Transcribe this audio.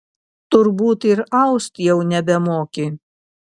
turbūt ir aust jau nebemoki